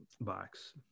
box